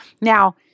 Now